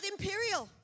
Imperial